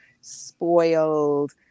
spoiled